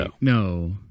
no